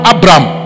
Abraham